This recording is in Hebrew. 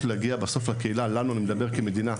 כמדינה,